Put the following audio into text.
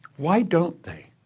why don't they?